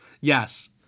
Yes